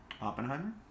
Oppenheimer